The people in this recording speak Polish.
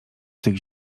tych